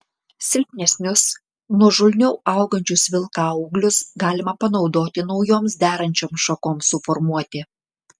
silpnesnius nuožulniau augančius vilkaūglius galima panaudoti naujoms derančioms šakoms suformuoti